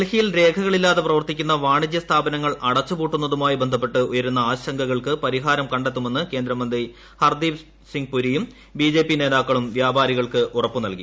ഡൽഹിയിൽ രേഖകളില്ലാതെ പ്രവർത്തിക്കുന്ന വാണിജ്യ സ്ഥാപനങ്ങൾ അടച്ചു പൂട്ടുന്നതുമായി ബന്ധപ്പെട്ട് ഉയരുന്ന ആശങ്കകൾക്ക് പരിഹാരം കണ്ടെത്തുമെന്ന് കേന്ദ്രമന്ത്രി ഹർദ്ദീപ് പുരിയും ബിജെപി നേതാക്കളും വ്യാപാരികൾക്ക് ഉറപ്പു നൽകി